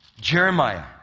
Jeremiah